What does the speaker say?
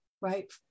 right